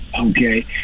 Okay